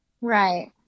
Right